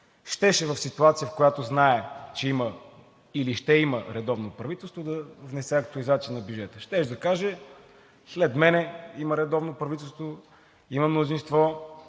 щеше в ситуация, в която знае, че има или ще има редовно правителство, щеше да внесе актуализация на бюджета. Щеше да каже: след мен има редовно правителство, има мнозинство,